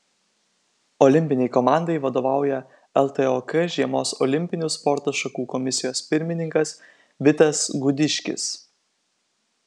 olimpinei komandai vadovauja ltok žiemos olimpinių sporto šakų komisijos pirmininkas vitas gudiškis